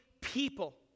people